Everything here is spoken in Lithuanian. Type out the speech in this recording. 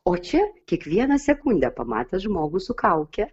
o čia kiekvieną sekundę pamatęs žmogų su kauke